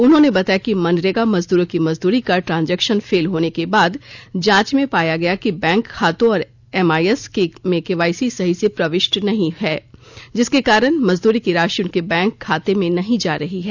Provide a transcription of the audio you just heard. उन्होंने बताया कि मनरेगा मजदूरों की मजदूरी का ट्रांजेक्शन फेल होने के बाद जांच में पाया गया कि बैंक खातों और एमआईएस में केवाईसी सही से प्रवृष्टि नहीं है जिसके कारण मजदूरी की राशि उनके बैंक में खाते नहीं जा रही है